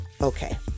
Okay